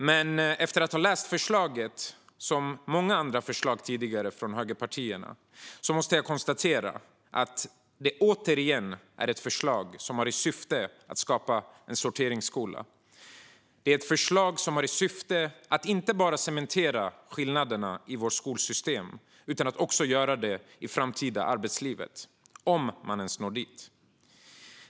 Men efter att ha läst förslaget, och många andra tidigare förslag från högerpartierna, måste jag konstatera att syftet återigen är att skapa en sorteringsskola. Det är ett förslag som har till syfte att cementera skillnaderna inte bara i vårt skolsystem utan också i det framtida arbetslivet, om man ens når dit.